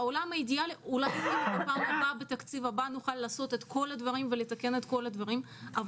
בעולם האידיאלי אולי בתקציב הבא נוכל לתקן את כל הדברים אבל